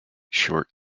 short